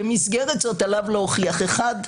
במסגרת זאת עליו להוכיח: אחת,